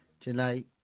Tonight